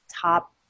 top